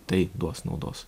tai duos naudos